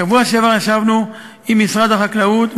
בשבוע שעבר ישבנו עם משרד החקלאות,